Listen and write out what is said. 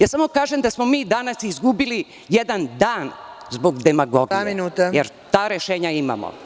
Samo kažem da smo mi danas izgubili jedan dan zbog demagogije, jer ta rešenja imamo.